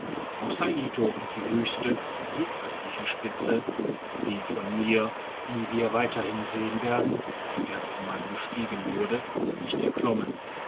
auch saito hat die höchste südöstliche spitze die von mir wie wir weiterhin sehen werden zum ersten mal bestiegen wurde nicht erklommen